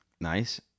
Nice